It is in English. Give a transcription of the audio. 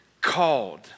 called